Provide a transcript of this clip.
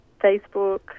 Facebook